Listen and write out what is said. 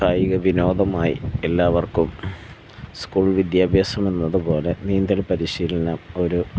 കായികവിനോദമായി എല്ലാവർക്കും സ്കൂൾ വിദ്യാഭ്യാസമെന്നതുപോലെ നീന്തൽ പരിശീലനം ഒരു